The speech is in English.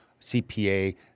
CPA